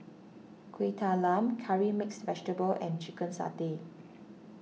Kueh Talam Curry Mixed Vegetable and Chicken Satay